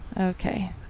okay